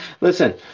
Listen